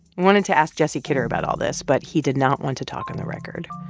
wanted to ask jesse kidder about all this. but he did not want to talk on the record.